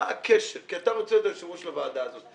- מה הקשר - כי אתה רוצה את היושב-ראש לוועדה הזאת.